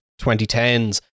2010s